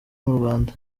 murwanda